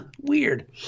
weird